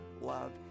love